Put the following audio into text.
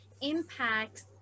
impacts